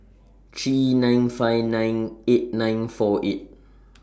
three nine five nine eight nine four eight